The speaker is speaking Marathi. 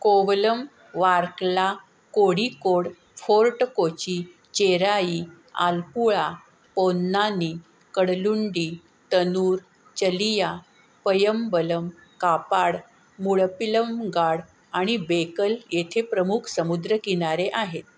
कोवलम वार्कला कोडिकोड फोर्ट कोची चेराई आलपुळा पोन्नानी कडलुंडी तनूर चलियां पय्यंबलम कापाड मुळपिल्लंगाड आणि बेकल येथे प्रमुख समुद्रकिनारे आहेत